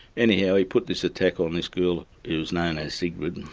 anyhow he put this attack on this girl who was known as sigrid,